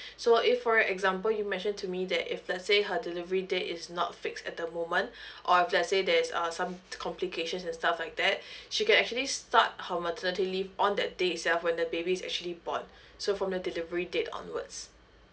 so if for example you mentioned to me that if let's say her delivery date is not fixed at the moment or if let's say there's uh some complications and stuff like that she can actually start her maternity leave on that day itself when the baby is actually born so from the delivery date onwards